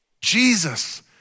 Jesus